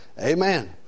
Amen